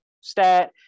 stat